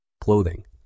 Clothing